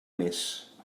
més